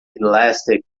elastic